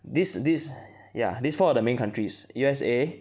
this this ya these four are the main countries U_S_A